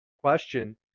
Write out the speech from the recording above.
question